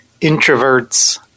introverts